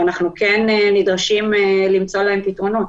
במקרים כאלה אנחנו כן נדרשים למצוא להם פתרונות.